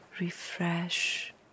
refresh